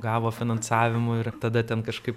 gavo finansavimų ir tada ten kažkaip